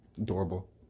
adorable